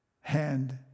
hand